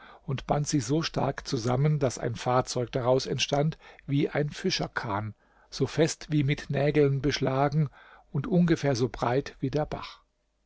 und band sie so stark zusammen daß ein fahrzeug daraus entstand wie ein fischerkahn so fest wie mit nägeln beschlagen und ungefähr so breit wie der bach